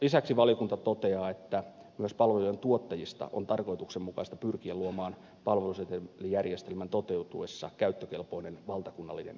lisäksi valiokunta toteaa että myös palvelujentuottajista on tarkoituksenmukaista pyrkiä luomaan palvelusetelijärjestelmän toteutuessa käyttökelpoinen valtakunnallinen rekisteri